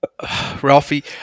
Ralphie